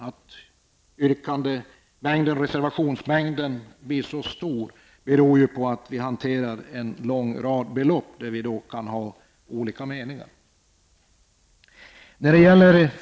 Att reservationsmängden blir så stor beror på att vi hanterar en lång rad belopp, som vi kan ha olika meningar om.